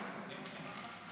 וואי.